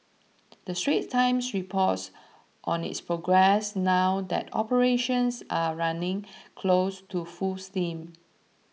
the Straits Times reports on its progress now that operations are running close to full steam